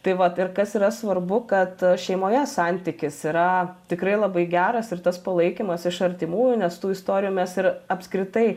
tai vat ir kas yra svarbu kad šeimoje santykis yra tikrai labai geras ir tas palaikymas iš artimųjų nes tų istorijų mes ir apskritai